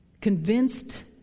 convinced